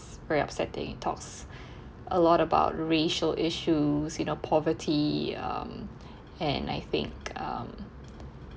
pretty upsetting it talks a lot about racial issues you know poverty um and I think um